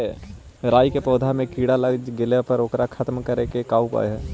राई के पौधा में किड़ा लग गेले हे ओकर खत्म करे के का उपाय है?